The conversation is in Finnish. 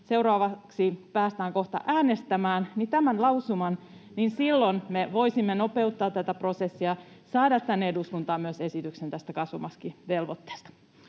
seuraavaksi päästään kohta äänestämään. [Anne Kalmari: Päästäänkö?] Silloin me voisimme nopeuttaa tätä prosessia, saada tänne eduskuntaan myös esityksen kasvomaskivelvoitteesta.